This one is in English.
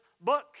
book